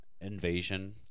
invasion